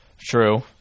True